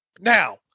Now